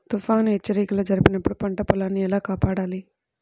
తుఫాను హెచ్చరిక జరిపినప్పుడు పంట పొలాన్ని ఎలా కాపాడాలి?